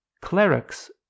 clerics